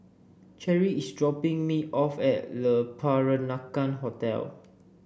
Cherry is dropping me off at Le Peranakan Hotel